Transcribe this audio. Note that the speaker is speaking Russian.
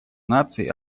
наций